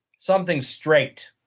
something straight.